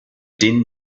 din